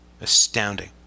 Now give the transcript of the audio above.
astounding